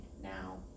now